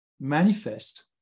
manifest